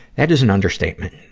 that is an understatement.